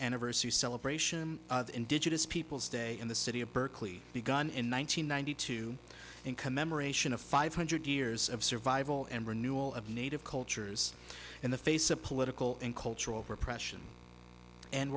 anniversary celebration of indigenous peoples day in the city of berkeley begun in one thousand nine hundred two in commemoration of five hundred years of survival and renewal of native cultures in the face of political and cultural repression and